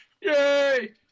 yay